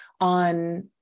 on